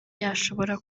yashobora